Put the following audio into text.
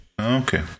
Okay